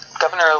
Governor